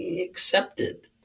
accepted